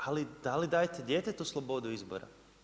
Ali da li dajete djetetu slobodu izbora?